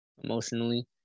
emotionally